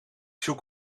zoek